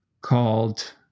called